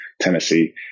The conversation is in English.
Tennessee